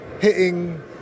hitting